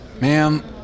Ma'am